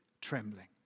trembling